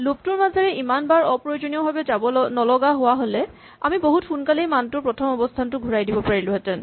loop টোৰ মাজেৰে ইমানবাৰ অপ্ৰয়োজনীয়ভাৱে যাব নলগা হোৱা হ'লে আমি বহুত সোনকালেই মানটোৰ প্ৰথম অৱস্হানটো ঘূৰাই দিব পাৰিলোহেঁতেন